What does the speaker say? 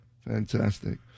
fantastic